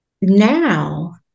now